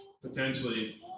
potentially